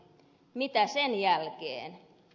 mitä sen jälkeen